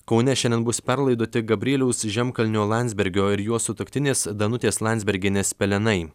kaune šiandien bus perlaidoti gabrieliaus žemkalnio landsbergio ir jo sutuoktinės danutės landsbergienės pelenai